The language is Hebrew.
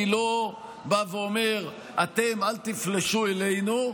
אני לא בא ואומר: אתם אל תפלשו אלינו,